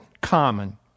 common